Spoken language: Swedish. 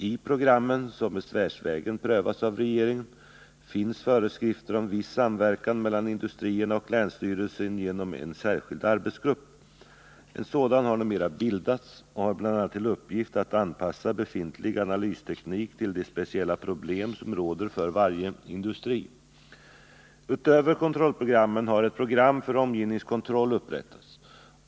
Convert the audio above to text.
I programmen, som besvärsvägen prövats av regeringen, finns föreskrifter om viss samverkan mellan industrierna och länsstyrelsen genom en särskild arbetsgrupp. En sådan har numera bildats och har bl.a. till uppgift att anpassa befintlig analysteknik till de speciella problem som råder för varje industri. Utöver kontrollprogrammen har ett program för omgivningskontroll upprättats.